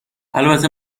البته